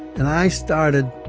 and i started